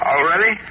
Already